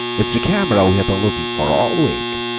it's the camera we have been looking for all week,